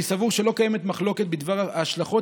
אני סבור שלא קיימת מחלוקת בדבר ההשלכות